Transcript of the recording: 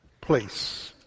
place